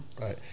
right